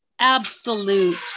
absolute